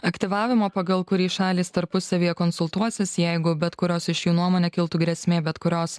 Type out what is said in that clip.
aktyvavimo pagal kurį šalys tarpusavyje konsultuosis jeigu bet kurios iš jų nuomone kiltų grėsmė bet kurios